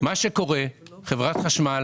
חברת חשמל